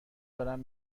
دارم